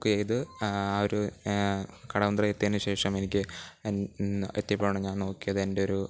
ബുക്കിയെയ്ത് ആ ഒരു കടവന്ത്ര എത്തിയതിനു ശേഷം എനിക്ക് എൻ എത്തിയപ്പോഴാണ് ഞാൻ നോക്കിയത് എൻ്റെ ഒരു